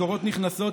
משכורות נכנסות,